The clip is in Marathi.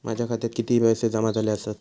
माझ्या खात्यात किती पैसे जमा झाले आसत?